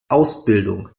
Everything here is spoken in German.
ausbildung